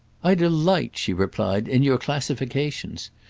i delight, she replied, in your classifications.